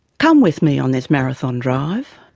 come with me on this marathon drive.